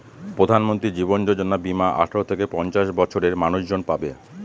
প্রধানমন্ত্রী জীবন যোজনা বীমা আঠারো থেকে পঞ্চাশ বছরের মানুষজন পাবে